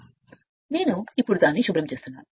కాబట్టి నేను ఇప్పుడు దాన్ని శుభ్రం చేస్తున్నాను